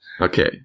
Okay